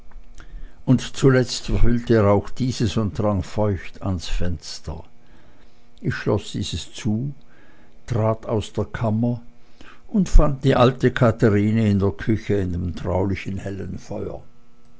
und zuletzt verhüllte er auch dieses und drang feucht an das fenster ich schloß dieses zu trat aus der kammer und fand die alte katherine in der küche an dem traulichen hellen feuer